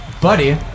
Buddy